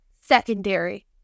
secondary